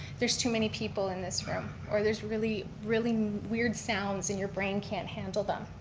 there's too many people in this room. or there's really, really weird sounds and your brain can't handle them.